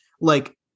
like-